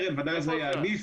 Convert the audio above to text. היה עדיף.